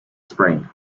spring